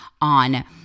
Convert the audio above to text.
on